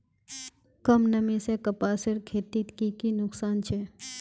कम नमी से कपासेर खेतीत की की नुकसान छे?